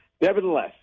Nevertheless